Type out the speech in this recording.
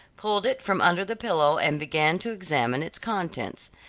pulled it from under the pillow and began to examine its contents.